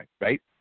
right